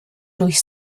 durch